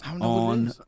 on